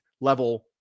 level